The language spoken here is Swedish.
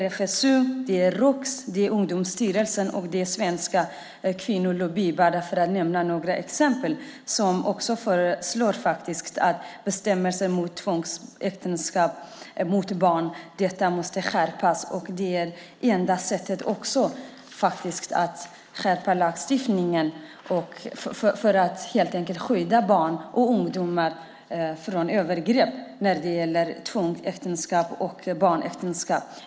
RFSU, Roks, Ungdomsstyrelsen och Sveriges kvinnolobby, för att bara nämna några exempel, föreslår också att bestämmelsen mot tvångsäktenskap med barn måste skärpas. Det enda sättet är att skärpa lagstiftningen för att helt enkelt skydda barn och ungdomar från övergrepp när det gäller tvångsäktenskap och barnäktenskap.